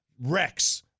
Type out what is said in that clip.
Rex